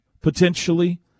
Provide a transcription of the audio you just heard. potentially